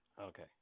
Okay